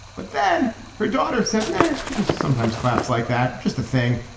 but then her daughter said no. she just sometimes claps like that just the thing.